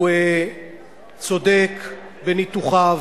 הוא צודק בניתוחיו,